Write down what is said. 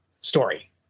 story